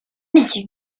message